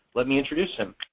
let me introduce him.